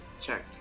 check